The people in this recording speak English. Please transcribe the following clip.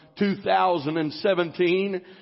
2017